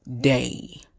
day